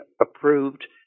approved